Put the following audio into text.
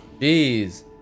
Jeez